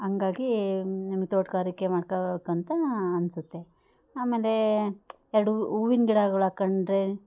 ಹಂಗಾಗಿ ನಿಮ್ಮ ತೋಟಗಾರಿಕೆ ಮಾಡ್ಕಬೇಕಂತಾ ಅನಿಸುತ್ತೆ ಆಮೇಲೆ ಎರಡು ಹೂವಿನ್ ಗಿಡಗಳ್ ಹಾಕಂಡ್ರೆ